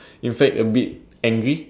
in fact a bit angry